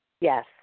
Yes